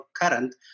current